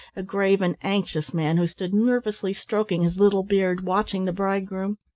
a grave and anxious man, who stood nervously stroking his little beard, watching the bridegroom.